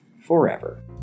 forever